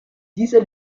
dieser